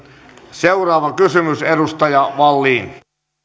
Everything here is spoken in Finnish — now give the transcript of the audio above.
seuraava kysymys edustaja wallin